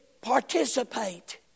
participate